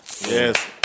Yes